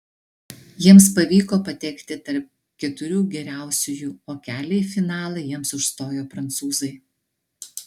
jiems pavyko patekti tarp keturių geriausiųjų o kelią į finalą jiems užstojo prancūzai